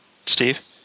Steve